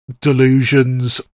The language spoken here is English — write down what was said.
delusions